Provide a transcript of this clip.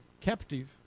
Captive